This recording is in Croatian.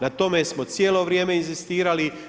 Na tome smo cijelo vrijeme inzistirali.